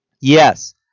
Yes